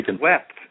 wept